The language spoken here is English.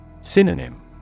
Synonym